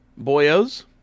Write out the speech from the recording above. boyos